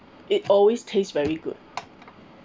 it always taste very good